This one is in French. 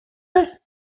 avez